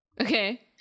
okay